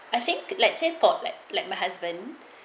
I think let's say for like like my husband